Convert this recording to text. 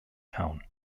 town